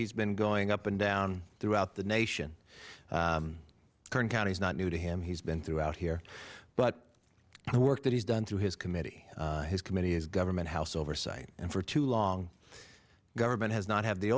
he's been going up and down throughout the nation kern county is not new to him he's been throughout here but the work that he's done through his committee his committee is government house oversight and for too long government has not had the